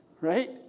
right